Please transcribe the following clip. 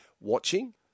watching